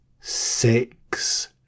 six